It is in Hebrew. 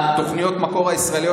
תוכניות המקור הישראליות,